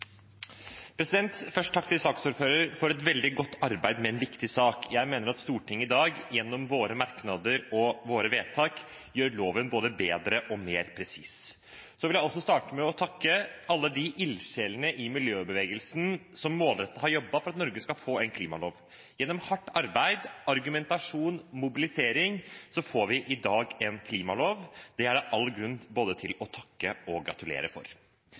takk til saksordføreren for et veldig godt arbeid med en viktig sak. Jeg mener at Stortinget i dag, gjennom våre merknader og vedtak, gjør loven både bedre og mer presis. Jeg vil også takke alle de ildsjelene i miljøbevegelsen som målrettet har jobbet for at Norge skal få en klimalov. Gjennom hardt arbeid, argumentasjon og mobilisering får vi i dag en klimalov. Det er det all grunn til både å takke for og å gratulere med. Gjennom en klimalov rammer vi inn de målsettingene vi har i klimapolitikken. Målene for